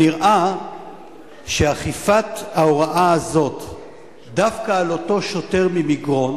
נראה שאכיפת ההוראה הזאת דווקא על אותו שוטר ממגרון